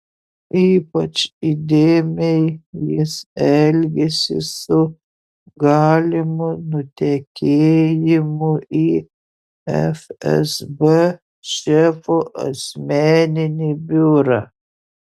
ypač įdėmiai jis elgėsi su galimu nutekėjimu į fsb šefo asmeninį biurą